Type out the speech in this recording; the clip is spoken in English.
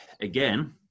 again